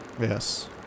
Yes